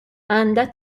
għandha